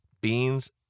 beans